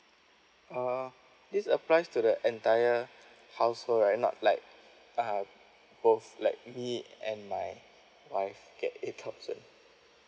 uh this applies to the entire household right not like uh both like me and my wife get eight thousand